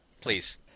Please